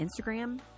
Instagram